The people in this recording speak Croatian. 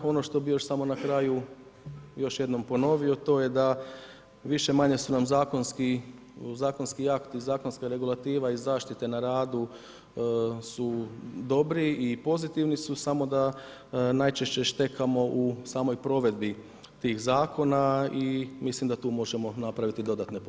Ono što bih još samo na kraju još jednom ponovio to je da više-manje su nam zakonski akti, zakonska regulativa iz zaštite na radu su dobri i pozitivni su, samo da najčešće štekamo u samoj provedbi tih zakona i mislim da tu možemo napraviti dodatne pomake.